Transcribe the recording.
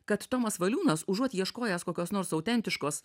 kad tomas valiūnas užuot ieškojęs kokios nors autentiškos